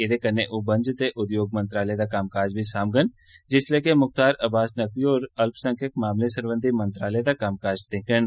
एह्दे कन्नै ओह् बन्ज ते उद्योग मंत्रालय दा कम्मकाज बी सांमडन जिसलै के मुख्तार अब्बास नकवी होर अल्पसंख्यक मामलें सरबंधी मंत्रालय दा कम्मकाज दिक्खडन